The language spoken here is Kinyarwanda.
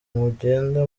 mugenda